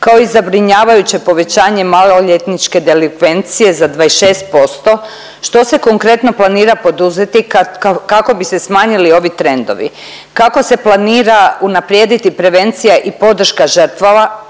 kao i zabrinjavajuće povećanje maloljetničke delikvencije za 26% što se konkretno planira poduzeti kako bi se smanjili ovi trendovi. Kako se planira unaprijediti prevencija i podrška žrtvama